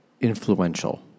influential